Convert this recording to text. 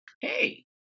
Hey